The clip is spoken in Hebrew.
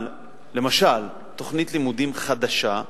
למשל על תוכנית לימודים חדשה,